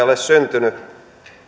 ole syntynyt